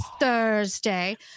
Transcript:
Thursday